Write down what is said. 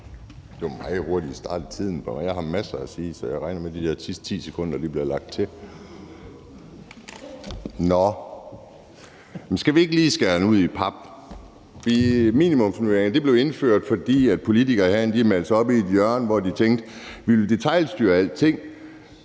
Det var meget hurtigt, vi startede tiden, for jeg har masser at sige, så jeg regner med, at de der 10 sekunder bliver lagt til. Nå, men skal vi ikke lige skære den ud i pap: Minimumsnormeringerne blev indført, fordi politikere herinde havde malet sig op i et hjørne, hvor de tænkte, at de ville detailstyre alting.